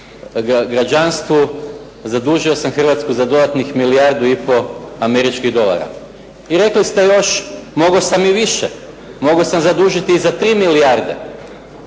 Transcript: Hrvatsku za dodatnih milijardu i pol američkih dolara. I rekli ste još mogao sam i više, mogao sam zadužiti i za 3 milijarde.